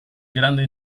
grande